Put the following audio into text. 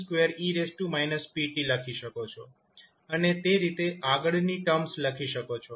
t2e pt લખી શકો છો અને તે રીતે આગળની ટર્મ્સ લખી શકો છો